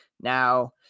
Now